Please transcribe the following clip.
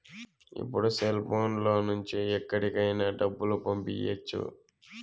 ఇప్పుడు సెల్ఫోన్ లో నుంచి ఎక్కడికైనా డబ్బులు పంపియ్యచ్చు